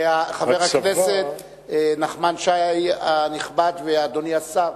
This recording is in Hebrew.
חבר הכנסת נחמן שי הנכבד ואדוני השר,